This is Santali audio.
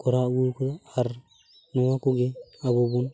ᱠᱚᱨᱟᱣ ᱟᱹᱜᱩᱣᱟᱠᱟᱫᱟ ᱟᱨ ᱱᱚᱣᱟ ᱠᱚᱜᱮ ᱟᱵᱚᱵᱚᱱ